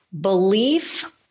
belief